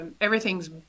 everything's